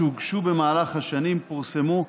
שהוגשו במהלך השנים ופורסמו.